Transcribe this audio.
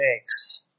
makes